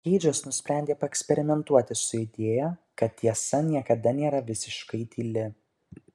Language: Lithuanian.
keidžas nusprendė paeksperimentuoti su idėja kad tiesa niekada nėra visiškai tyli